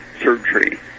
surgery